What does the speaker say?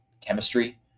chemistry